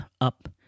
up